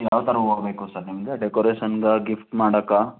ಯಾವ ಥರ ಹೂವ ಬೇಕು ಸರ್ ನಿಮಗೆ ಡೆಕೋರೇಷನ್ಗಾ ಗಿಫ್ಟ್ ಮಾಡೋಕಾ